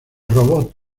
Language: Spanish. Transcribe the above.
robot